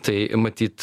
tai matyt